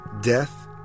death